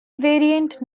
variant